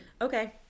Okay